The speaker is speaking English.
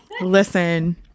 Listen